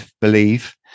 believe